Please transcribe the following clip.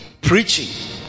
preaching